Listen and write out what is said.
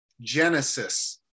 Genesis